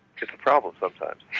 it's a problem sometimes.